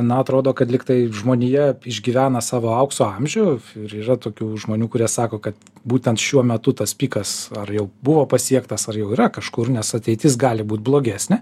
na atrodo kad lyg tai žmonija išgyvena savo aukso amžių ir yra tokių žmonių kurie sako kad būtent šiuo metu tas pikas jau buvo pasiektas ar jau yra kažkur nes ateitis gali būt blogesnė